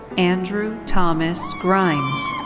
andrew thomas grimes.